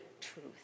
truth